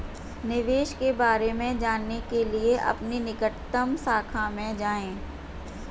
निवेश के बारे में जानने के लिए अपनी निकटतम शाखा में जाएं